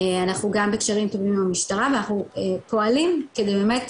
אנחנו גם בקשרים טובים עם המשטרה ואנחנו פועלים כדי באמת